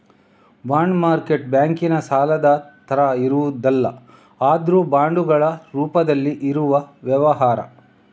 bond market ಬ್ಯಾಂಕಿನ ಸಾಲದ ತರ ಇರುವುದಲ್ಲ ಆದ್ರೂ ಬಾಂಡುಗಳ ರೂಪದಲ್ಲಿ ಇರುವ ವ್ಯವಹಾರ